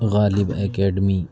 Ghalib academy